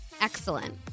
excellent